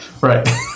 Right